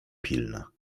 pilna